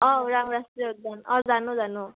অঁ ৰাষ্ট্ৰীয় উদ্যান অঁ জানো জানো